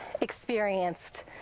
experienced